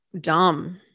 dumb